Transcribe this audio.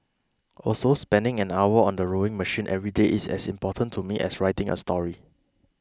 also spending an hour on the rowing machine every day is as important to me as writing a story